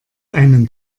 einem